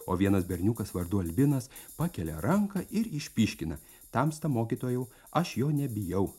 o vienas berniukas vardu albinas pakelia ranką ir išpyškina tamsta mokytojau aš jo nebijau